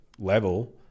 level